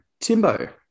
Timbo